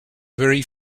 very